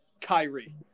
Kyrie